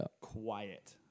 quiet